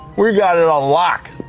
we got it on lock.